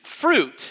fruit